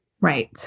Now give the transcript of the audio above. Right